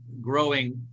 growing